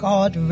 God